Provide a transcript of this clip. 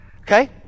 okay